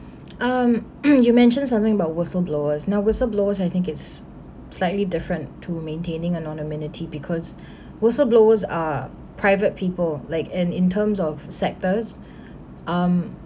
um you mentioned something about whistle blowers now whistle blowers I think it's slightly different to maintaining anonymity because whistle blowers are private people like and in terms of sectors um